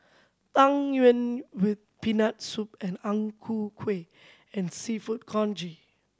Tang Yuen with Peanut Soup and Ang Ku Kueh and Seafood Congee